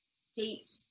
state